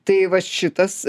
tai va šitas